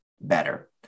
better